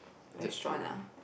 restaurant ah